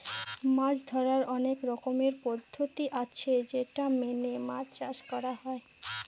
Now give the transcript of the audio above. মাছ ধরার অনেক রকমের পদ্ধতি আছে যেটা মেনে মাছ চাষ করা হয়